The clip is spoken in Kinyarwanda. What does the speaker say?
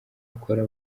akora